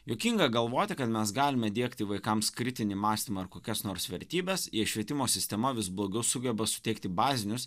juokinga galvoti kad mes galime diegti vaikams kritinį mąstymą ar kokias nors vertybes jei švietimo sistema vis blogiau sugeba suteikti bazinius